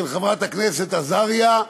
של חברת הכנסת עזריה,